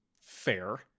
fair